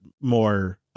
more